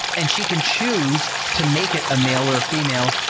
and she can choose to make it a male or a female,